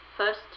First